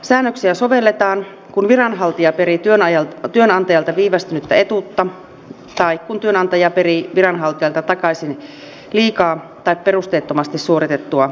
säännöksiä sovelletaan kun viranhaltija perii työnantajalta viivästynyttä etuutta tai kun työnantaja perii viranhaltijalta takaisin liikaa tai perusteettomasti suoritettua etuutta